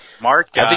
Mark